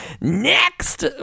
Next